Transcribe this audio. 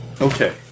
Okay